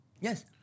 Yes